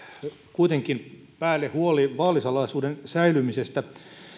kuitenkin päälle huoli vaalisalaisuuden säilymisestä